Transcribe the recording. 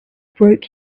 broke